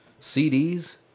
CDs